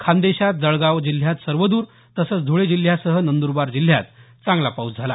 खान्देशात जळगाव जिल्ह्यात सर्वद्र तसंच धुळे जिल्ह्यासह नंदरबार जिल्ह्यात चांगला पाऊस झाला